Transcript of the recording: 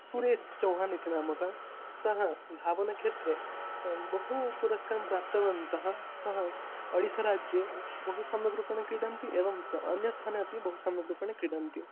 सुरेशः चौहान् इति नामकः सः धावनक्षेत्रे बहु पुरस्काराः प्राप्तवन्तः सः अडिस्सराज्ये बहु सम्यक् रूपेण क्रीडन्ति एवं च अन्यस्थाने अपि बहु सम्यक् रूपेण क्रीडन्ति